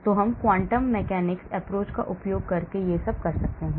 तो हम quantum mechanics approach का उपयोग करके ये सब कर सकते हैं